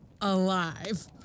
Alive